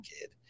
kid